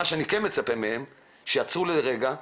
מה שאני כן מצפה מהם זה שיעצרו לרגע ושיבינו,